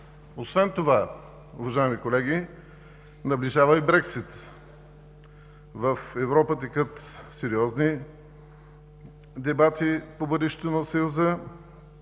Освен това, уважаеми колеги, наближава и Брекзит. В Европа текат сериозни дебати по бъдещето на Съюза,